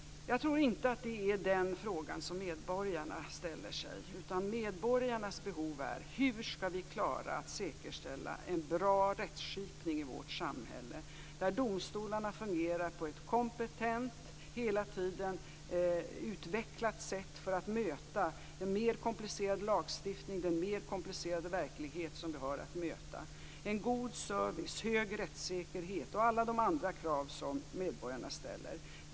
Jag tror inte att det är den fråga som medborgarna ställer sig. Medborgarnas fråga är hur vi skall klara att säkerställa en bra rättsskipning i vårt samhälle, där domstolarna fungerar på ett kompetent, hela tiden utvecklat sätt för att möta den mer komplicerade lagstiftning och den mer komplicerade verklighet som vi har att möta, en god service, hög rättssäkerhet och alla de andra krav som medborgarna ställer.